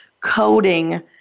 coding